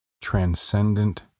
transcendent